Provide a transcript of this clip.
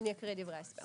אני אקריא את דברי ההסבר.